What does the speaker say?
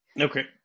okay